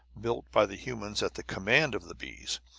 built by the humans at the command of the bees.